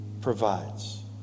provides